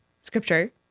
scripture